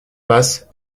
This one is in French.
passent